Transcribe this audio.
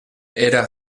era